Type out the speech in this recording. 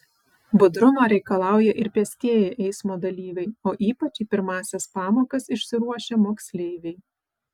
budrumo reikalauja ir pėstieji eismo dalyviai o ypač į pirmąsias pamokas išsiruošę moksleiviai